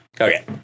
Okay